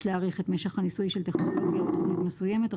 להאריך את משך הניסוי של טכנולוגיה או תכנית מסוימת,